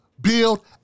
build